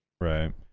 right